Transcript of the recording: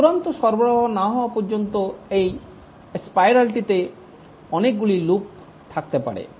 চূড়ান্ত সরবরাহ না হওয়া পর্যন্ত এই স্পাইরালটিতে অনেকগুলি লুপ থাকতে পারে